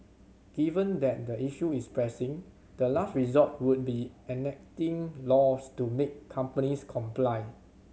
given that the issue is pressing the last resort would be enacting laws to make companies comply